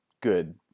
good